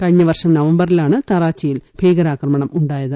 കഴിഞ്ഞ വർഷം നവംബറിലാണ് കറാച്ചിയിൽ ഭീകരാക്രമണം ഉണ്ടായത്